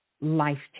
life